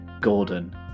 Gordon